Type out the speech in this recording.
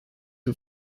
who